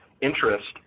interest